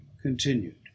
continued